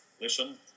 listen